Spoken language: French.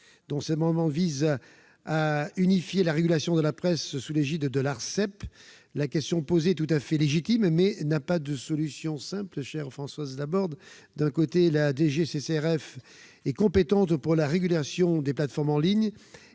48 rectifié vise à unifier la régulation de la presse sous l'égide de l'Arcep. La question posée est tout à fait légitime, mais il n'existe pas de solution simple, chère Françoise Laborde. D'un côté, la DGCCRF est compétente pour la régulation des plateformes en ligne,